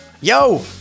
Yo